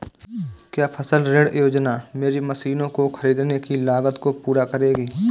क्या फसल ऋण योजना मेरी मशीनों को ख़रीदने की लागत को पूरा करेगी?